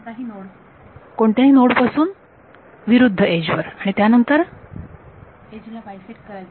विद्यार्थी कोणताही नोड कोणत्याही नोड पासून विरुद्ध एज वर आणि त्यानंतर विद्यार्थी एज ला बायसेक्ट करायचे